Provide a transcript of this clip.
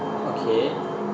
okay